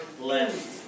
left